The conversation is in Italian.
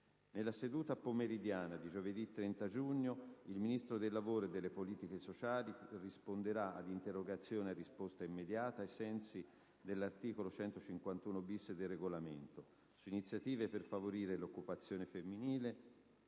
Nella seduta pomeridiana di giovedì 30 giugno il Ministro del lavoro e delle politiche sociali risponderà ad interrogazioni a risposta immediata, ai sensi dell'articolo 151-*bis* del Regolamento, su iniziative per favorire l'occupazione femminile,